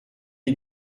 mis